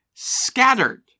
Scattered